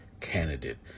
candidate